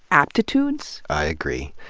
aptitudes. i agree.